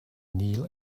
kneel